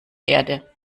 erde